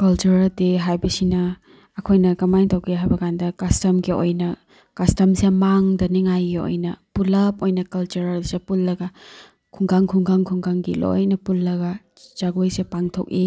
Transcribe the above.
cultural day ꯍꯥꯏꯕꯁꯤꯅ ꯑꯩꯈꯣꯏꯅ ꯀꯃꯥꯏꯅ ꯇꯧꯒꯦ ꯍꯥꯏꯕ ꯀꯥꯟꯗ ꯀꯁꯇꯝꯒꯤ ꯑꯣꯏꯅ ꯀꯁꯇꯝꯁꯦ ꯃꯥꯡꯗꯅꯤꯉꯥꯏꯒꯤ ꯑꯣꯏꯅ ꯄꯨꯂꯞ ꯑꯣꯏꯅ ꯀꯜꯆꯔꯦꯜꯁꯦ ꯄꯨꯜꯂꯒ ꯈꯨꯡꯒꯪ ꯈꯨꯡꯒꯪ ꯈꯨꯡꯒꯪꯒꯤ ꯂꯣꯏꯅ ꯄꯨꯜꯂꯒ ꯖꯒꯣꯏꯁꯦ ꯄꯥꯡꯊꯣꯛꯏ